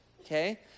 Okay